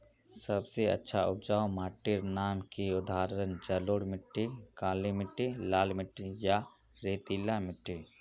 सबसे अच्छा उपजाऊ माटिर नाम की उदाहरण जलोढ़ मिट्टी, काली मिटटी, लाल मिटटी या रेतीला मिट्टी?